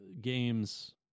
games